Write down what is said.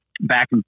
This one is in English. back